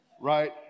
right